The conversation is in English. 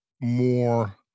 more